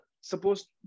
supposed